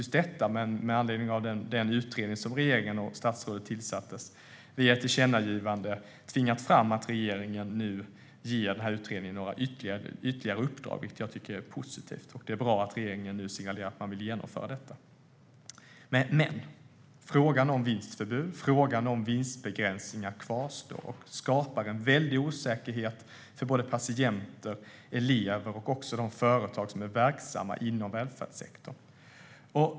Alliansen har med anledning av den utredning som regeringen och statsrådet tillsatt i ett tillkännagivande tvingat fram att regeringen nu ska ge utredningen några ytterligare uppdrag, vilket jag tycker är positivt. Det är bra att regeringen nu vill genomföra detta. Men frågan om vinstförbud och frågan om vinstbegränsningar kvarstår och skapar en väldig osäkerhet för både patienter och elever och också för de företag som är verksamma inom välfärdssektorn.